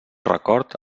record